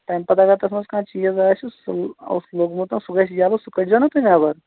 تَمہِ پَتہٕ اَگر تَتھ منٛز کانٛہہ چیٖز آسہِ سُہ اوس لوٚگمُت سُہ گژھِ یَلہٕ سُہ کٔڈۍزیٚو نا تُہۍ نٮ۪بَر